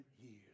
years